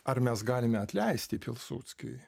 ar mes galime atleisti pilsudskiui